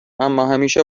اماهمیشه